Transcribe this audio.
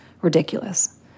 ridiculous